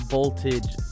Voltage